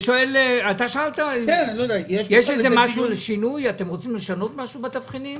חבר הכנסת קריב שואל אם אתם רוצים לשנות משהו בתבחינים.